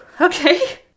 okay